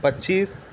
پچیس